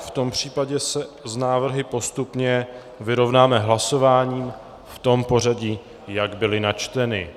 V tom případě se s návrhy postupně vyrovnáme hlasováním v tom pořadí, jak byly načteny.